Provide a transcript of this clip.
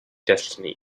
destiny